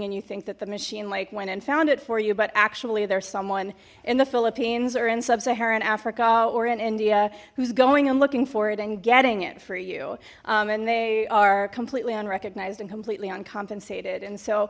and you think that the machine like went and found it for you but actually there's someone in the philippines or in sub saharan africa or in india who's going and looking for it and getting it for you and they are completely unrecognized and completely uncompensated and so